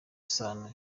isano